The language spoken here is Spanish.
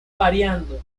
variando